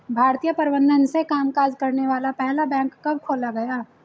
भारतीय प्रबंधन से कामकाज करने वाला पहला बैंक कब खोला गया?